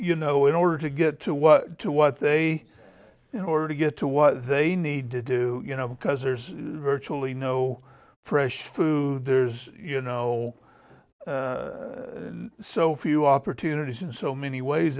you know in order to get to what to what they already get to what they need to do you know because there's virtually no fresh food there's you know so few opportunities in so many ways